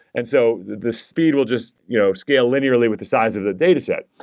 and so the speed will just you know scale linearly with the size of the dataset.